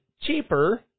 cheaper